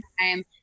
time